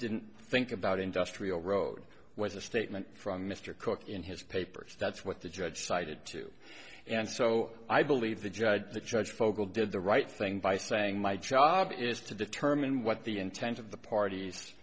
didn't think about industrial road was a statement from mr cook in his papers that's what the judge cited too and so i believe the judge the judge fogel did the right thing by saying my job is to determine what the intent of the parties